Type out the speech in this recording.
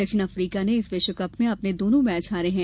दक्षिण अफ्रीका ने इस विश्वकप में अपने दोनों मैच हारे है